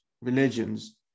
religions